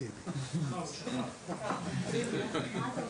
חבר הכנסת אחמד טיבי.